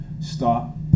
stop